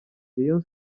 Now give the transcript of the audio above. rayon